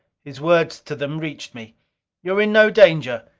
his words to them reached me you are in no danger.